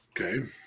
Okay